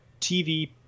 TV